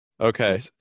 okay